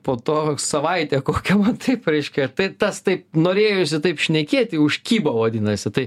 po to savaitę kokią man taip reiškia tai tas taip norėjosi taip šnekėti užkibo vadinasi tai